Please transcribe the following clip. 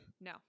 No